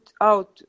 out